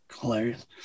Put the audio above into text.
hilarious